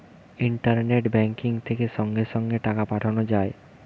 internet banking থেকে সঙ্গে সঙ্গে টাকা পাঠানো যায়